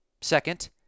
second